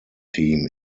team